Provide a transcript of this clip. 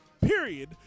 period